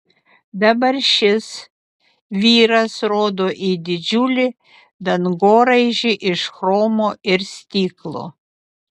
dabar šis vyras rodo į didžiulį dangoraižį iš chromo ir stiklo